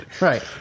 Right